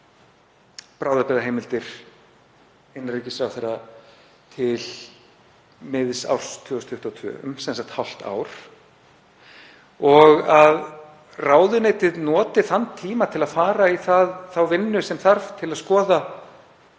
bráðabirgðaheimildir innanríkisráðherra til miðs árs 2022, sem sagt um hálft ár, og að ráðuneytið noti þann tíma til að fara í þá vinnu sem þarf til að skoða